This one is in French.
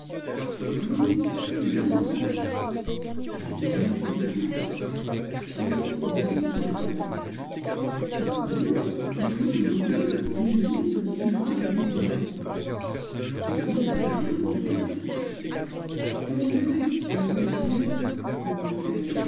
je signe il me donne trois ducats jamais je n'avais vu tant d'argent ensuite il me dit ce que je dois faire le lendemain je demande une audience au terrible signor zingarelli son vieux valet de chambre me fait entrer que me veux-tu mauvais sujet